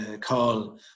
call